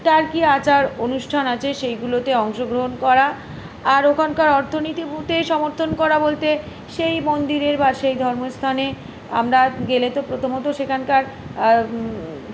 তার কী আচার অনুষ্ঠান আছে সেইগুলোতে অংশগ্রহণ করা আর ওখানকার অর্থনীতিতে সমর্থন করা বলতে সেই মন্দিরের বা সেই ধর্মস্থানে আমরা গেলে তো প্রথমত সেখানকার